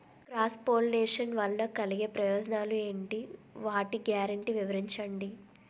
Cross pollination వలన కలిగే ప్రయోజనాలు ఎంటి? వాటి గ్యారంటీ వివరించండి?